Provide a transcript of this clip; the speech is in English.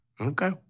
Okay